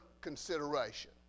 consideration